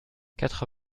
quatre